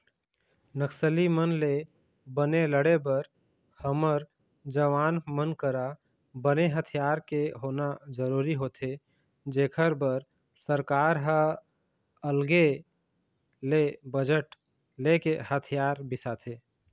नक्सली मन ले बने लड़े बर हमर जवान मन करा बने हथियार के होना जरुरी होथे जेखर बर सरकार ह अलगे ले बजट लेके हथियार बिसाथे